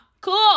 Cool